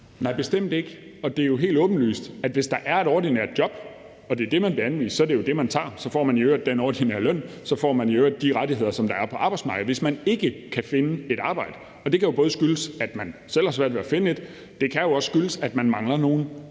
(S): Nej, bestemt ikke. Det er jo helt åbenlyst, at hvis der er et ordinært job og det er det, man bliver anvist, er det det, man tager. Så får man i øvrigt den ordinære løn, og så får man i øvrigt de rettigheder, som der er på arbejdsmarkedet. Hvis man ikke kan finde et arbejde – det kan jo både skyldes, at man selv har svært ved at finde et, og det kan også skyldes, at man mangler nogle